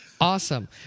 Awesome